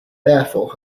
therefore